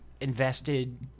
invested